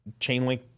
Chainlink